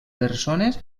persones